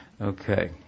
Okay